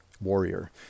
warrior